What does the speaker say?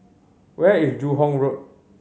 where is Joo Hong Road